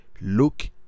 look